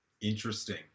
interesting